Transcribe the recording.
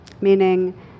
Meaning